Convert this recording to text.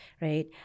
right